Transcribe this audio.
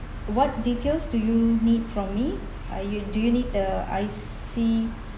what details do you need from me are you do you need uh I_C